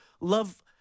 love